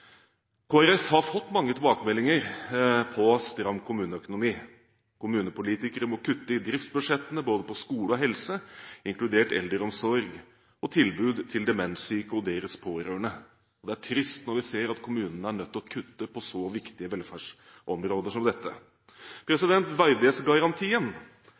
har fått mange tilbakemeldinger på stram kommuneøkonomi. Kommunepolitikere må kutte i driftsbudsjettene på både skole og helse, inkludert eldreomsorg og tilbud til demenssyke og dere pårørende. Det er trist når vi ser at kommunene er nødt til å kutte på så viktige velferdsområder som dette.